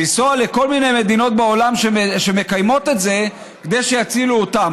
לנסוע לכל מיני מדינות בעולם שמקיימות את זה כדי שיצילו אותם,